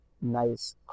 nice